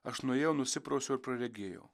aš nuėjau nusiprausiau ir praregėjau